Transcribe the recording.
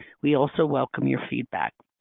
we also welcome your feedback.